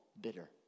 bitter